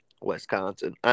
Wisconsin